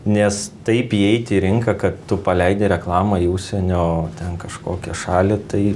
nes taip įeiti į rinką kad tu paleidi reklamą į užsienio ten kažkokią šalį tai